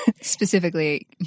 specifically